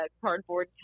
cardboard